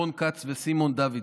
רון כץ וסימון דוידסון,